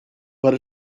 but